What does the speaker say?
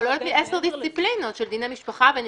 אלה יכולות להיות 10 דיסציפלינות של דיני משפחה ונזיקין.